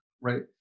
right